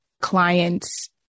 clients